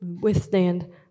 withstand